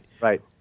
right